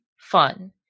fun